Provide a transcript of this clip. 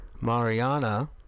Mariana